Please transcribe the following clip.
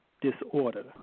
disorder